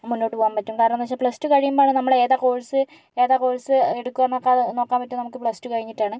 മുന്നോട്ട് പോവാൻ പറ്റും കാരണം എന്ന് വെച്ചാൽ പ്ലസ് ടു കഴിയുമ്പോഴാണ് നമ്മളേതാ കോഴ്സ് ഏതാ കോഴ്സ് എടുക്കുക നോക്കാത നോക്കാൻ പറ്റുമോ നമുക്ക് പ്ലസ് ടു കഴിഞ്ഞിട്ടാണ്